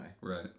Right